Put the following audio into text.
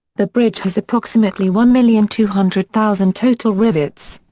the bridge has approximately one million two hundred thousand total rivets.